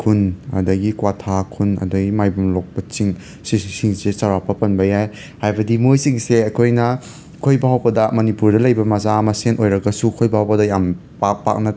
ꯈꯨꯨꯟ ꯑꯗꯒꯤ ꯀ꯭ꯋꯥꯊꯥ ꯈꯨꯟ ꯑꯗꯒꯤ ꯃꯥꯏꯕꯝ ꯂꯣꯛꯄ ꯆꯤꯡ ꯁꯤꯁꯤꯡꯁꯦ ꯆꯥꯎꯔꯥꯛꯄ ꯄꯟꯕ ꯌꯥꯏ ꯍꯥꯏꯕꯗꯤ ꯃꯣꯏꯁꯤꯡꯁꯦ ꯑꯩꯈꯣꯏꯅ ꯑꯩꯈꯣꯏ ꯐꯥꯎꯕꯗ ꯃꯅꯤꯄꯨꯔꯗ ꯂꯩꯕ ꯃꯆꯥ ꯃꯁꯦꯟ ꯑꯣꯏꯔꯒꯁꯨ ꯑꯩꯈꯣꯏ ꯕꯥꯎꯕꯗ ꯌꯥꯝ ꯄꯥꯛ ꯄꯥꯛꯅ